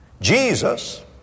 Jesus